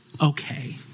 Okay